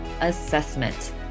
assessment